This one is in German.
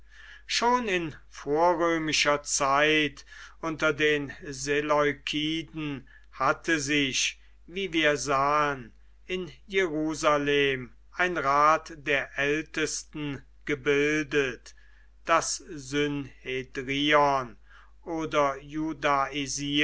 schon in vorrömischer zeit unter den seleukiden hatte sich wie wir sahen in jerusalem ein rat der ältesten gebildet das synhedrion oder